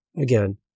again